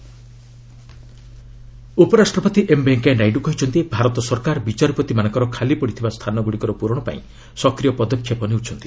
ନାଇଡ୍ court ଉପରାଷ୍ଟ୍ରପତି M Venkaiah Naidu କହିଛନ୍ତି ଭାରତ ସରକାର ବିଚାରପତିମାନଙ୍କର ଖାଲି ପଡ଼ିଥିବା ସ୍ଥାନଗୁଡ଼ିକର ପୂରଣ ପାଇଁ ସକ୍ରିୟ ପଦକ୍ଷେପ ନେଉଛନ୍ତି